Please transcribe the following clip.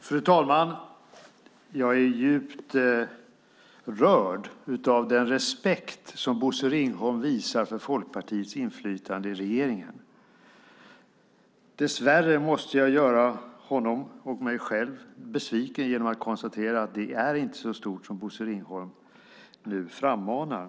Fru talman! Jag är djupt rörd av den respekt som Bosse Ringholm visar för Folkpartiets inflytande i regeringen. Dess värre måste jag göra honom, och mig själv, besviken genom att konstatera att detta inflytande inte är så stort som Bosse Ringholm nu frammanar.